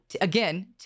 again